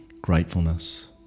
gratefulness